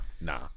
nah